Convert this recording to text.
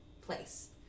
place